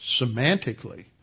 semantically